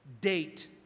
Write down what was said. date